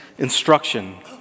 instruction